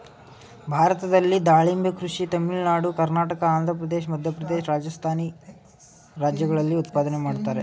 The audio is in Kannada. ಭಾರತದಲ್ಲಿ ದಾಳಿಂಬೆ ಕೃಷಿಯ ತಮಿಳುನಾಡು ಕರ್ನಾಟಕ ಆಂಧ್ರಪ್ರದೇಶ ಮಧ್ಯಪ್ರದೇಶ ರಾಜಸ್ಥಾನಿ ರಾಜ್ಯಗಳಲ್ಲಿ ಉತ್ಪಾದನೆ ಮಾಡ್ತರೆ